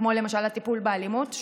כמו הטיפול באלימות,